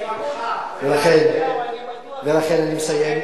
ולכן אני מסיים,